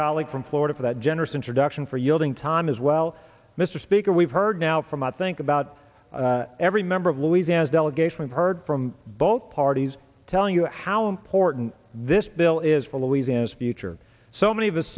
colleague from florida for that generous introduction for yielding time as well mr speaker we've heard now from i think about every member of louisiana's delegation heard from both parties telling us how important this bill all is for louisiana's future so many of us